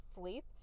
sleep